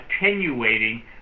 attenuating